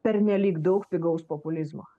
pernelyg daug pigaus populizmo